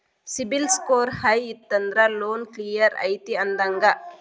CIBIL score high ಇತ್ತಂದ್ರ loan clear ಐತಿ ಅಂದಂಗ